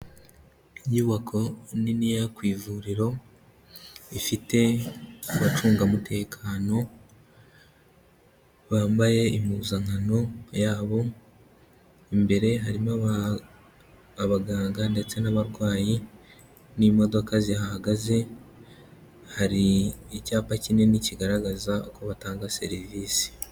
Inyubako nini yo ku ivuriro, ifite abacungamutekano bambaye impuzankano yabo, imbere harimo abaganga ndetse n'abarwayi n'imodoka zihahagaze, hari icyapa kinini kigaragaza uko batanga serivisi.